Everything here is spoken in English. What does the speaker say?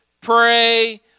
pray